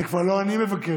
את זה כבר לא אני מבקש,